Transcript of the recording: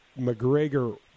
McGregor